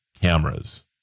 cameras